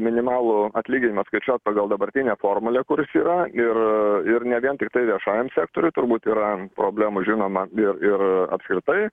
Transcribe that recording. minimalų atlyginimą skaičiuot pagal dabartinę formulę kuris yra ir ir ne vien tiktai viešajam sektoriui turbūt yra problemų žinoma ir ir apskritai